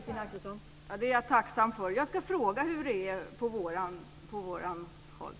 Fru talman! Jag är tacksam för påpekandet. Jag ska fråga hur det ligger till på vårt håll.